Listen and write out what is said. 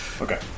Okay